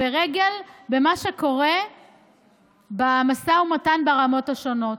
ורגל במה שקורה במשא ומתן ברמות השונות.